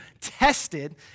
tested